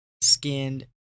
skinned